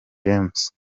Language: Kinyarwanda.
james